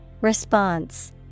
Response